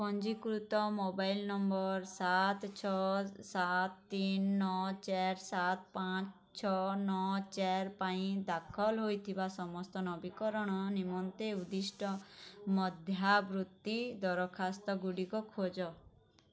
ପଞ୍ଜୀକୃତ mobile number ସାତ ଛଅ ସାତ ତିନ ନଅ ଚାର ସାତ ପାଞ୍ଚ ଛଅ ନଅ ଚାର ପାଇଁ ଦାଖଲ ହୋଇଥିବା ସମସ୍ତ ନବୀକରଣ ନିମନ୍ତେ ଉଦ୍ଦିଷ୍ଟ ମଧ୍ୟାବୃତ୍ତି ଦରଖାସ୍ତ ଗୁଡ଼ିକ ଖୋଜ